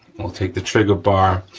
we'll take the trigger bar,